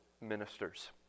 ministers